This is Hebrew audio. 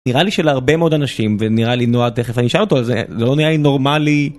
נראה לי שלהרבה מאוד אנשים ונראה לי נועד תיכף אני אשאל אותו על זה לא נראה לי נורמלי.